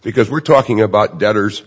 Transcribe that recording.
because we're talking about debtors